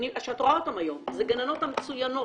שאת רואה אותן היום, זה הגננות המצוינות